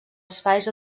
espais